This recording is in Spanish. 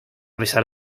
pesar